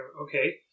Okay